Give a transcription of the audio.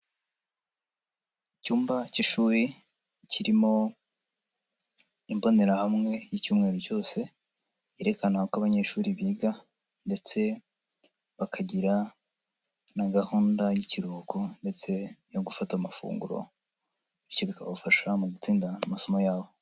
Icyumba cy'ishuri kirimo imbonerahamwe y'icyumweru cyose yerekana uko abanyeshuri biga ndetse bakagira na gahunda y'ikiruhuko ndetse no gufata amafunguro, bityo bikabafasha mu gutsinda amasomo yabo.